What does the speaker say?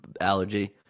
allergy